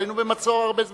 אבל היינו במצור הרבה זמן.